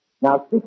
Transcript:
Now